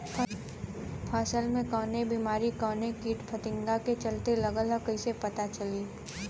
फसल में कवन बेमारी कवने कीट फतिंगा के चलते लगल ह कइसे पता चली?